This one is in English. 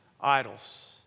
idols